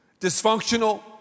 Dysfunctional